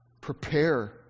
Prepare